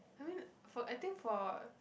I mean for I think for